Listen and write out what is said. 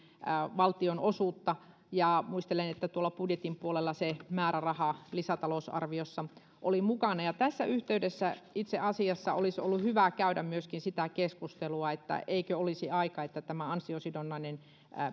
valtion osuutta ja muistelen että tuolla budjetin puolella se määräraha oli lisätalousarviossa mukana tässä yhteydessä itse asiassa olisi ollut hyvä käydä myöskin siitä keskustelua eikö olisi aika että tämä ansiosidonnainen